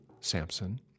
Samson